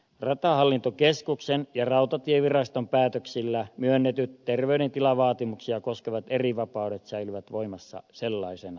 ratahallintokeskuksen ja rautatieviraston päätöksillä myönnetyt terveydentilavaatimuksia koskevat erivapaudet säilyvät voimassa sellaisinaan